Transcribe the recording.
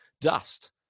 dust